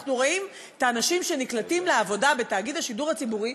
אנחנו רואים את האנשים שנקלטים לעבודה בתאגיד השידור הציבורי,